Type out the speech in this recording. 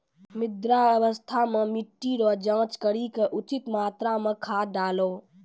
मृदा स्वास्थ्य मे मिट्टी रो जाँच करी के उचित मात्रा मे खाद डालहो